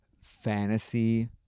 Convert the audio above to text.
fantasy